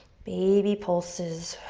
baby pulses.